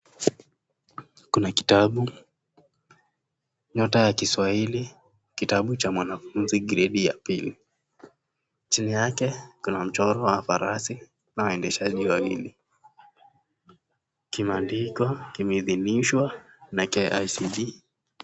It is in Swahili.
Kuna kitabu nyota ya kiswahili kitabu cha mwanafunzi gredi ya pili, chini yake kuna mchoro wa farasi na waendeshaji wawili, kimeandikwa kimeidhinishwa na KICD.